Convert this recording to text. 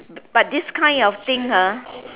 but this kind of thing ah